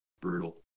Brutal